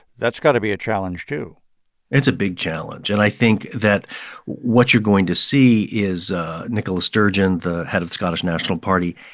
that's got to be a challenge, too it's a big challenge, and i think that what you're going to see is nicola sturgeon, the head of the scottish national party,